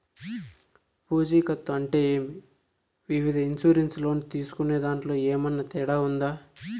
పూచికత్తు అంటే ఏమి? వివిధ ఇన్సూరెన్సు లోను తీసుకునేదాంట్లో ఏమన్నా తేడా ఉందా?